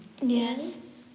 Yes